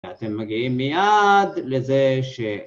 ‫ואתם מגיעים מייד לזה ש...